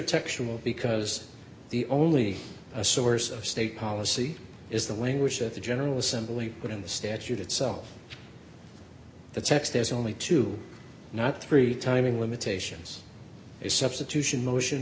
textual because the only source of state policy is the language that the general assembly put in the statute itself that's x there's only two not three timing limitations is substitution motion